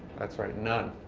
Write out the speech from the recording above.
that's right, none.